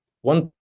one